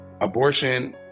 abortion